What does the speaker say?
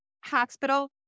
Hospital